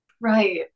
right